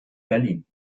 berlin